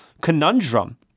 conundrum